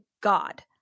God